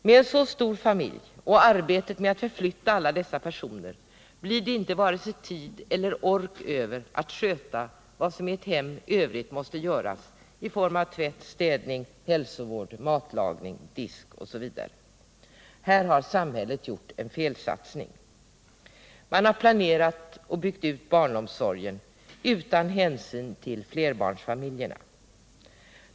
Med en så stor familj och med arbetet att förflytta alla dessa personer blir det inte vare sig tid eller ork över att sköta vad som i övrigt måste göras i ett hem i form av tvätt, städning, hälsovård, matlagning, disk osv. Här har samhället gjort en felsatsning. Man har planerat och byggt ut barnomsorgen utan hänsyn till flerbarnsfamiljerna.